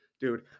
Dude